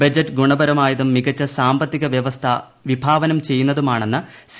budget ഗുണപരമായതും മികച്ച സാമ്പത്തിക വൃവസ്ഥ വിഭാവനം ചെയ്യുന്നതുമാണെന്ന് സി